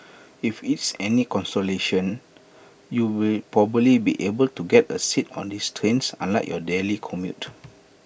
if it's any consolation you'll probably be able to get A seat on these trains unlike your daily commute